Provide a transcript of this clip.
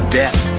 death